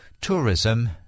tourism